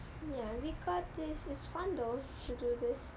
ya we got this it's fun though to do this